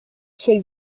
suoi